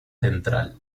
central